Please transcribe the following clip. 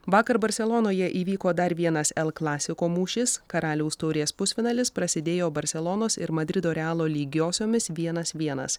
vakar barselonoje įvyko dar vienas el clasico mūšis karaliaus taurės pusfinalis prasidėjo barselonos ir madrido realo lygiosiomis vienas vienas